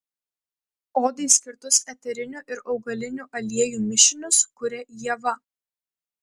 odai skirtus eterinių ir augalinių aliejų mišinius kuria ieva